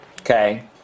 Okay